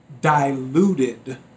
diluted